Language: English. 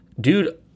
dude